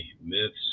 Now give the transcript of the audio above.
myths